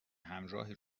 همراهی